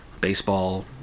baseball